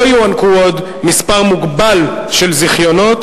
לא יוענקו עוד מספר מוגבל של זיכיונות